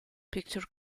picture